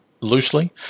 loosely